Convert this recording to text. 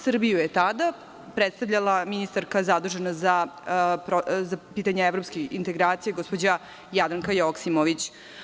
Srbiju je tada predstavljala ministarka zadužena za pitanja Evropskih integracija, gospođa Jadranka Joksimović.